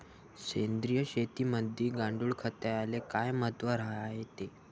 सेंद्रिय शेतीमंदी गांडूळखताले काय महत्त्व रायते?